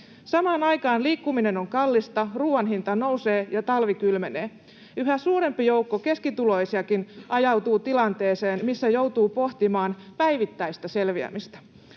Samaan aikaan liikkuminen on kallista, ruoan hinta nousee ja talvi kylmenee. Yhä suurempi joukko keskituloisiakin ajautuu tilanteeseen, missä joutuu pohtimaan päivittäistä selviämistä